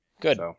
Good